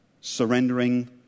surrendering